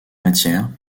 matières